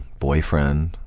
boyfriend,